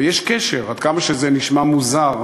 ויש קשר, עד כמה שזה נשמע מוזר,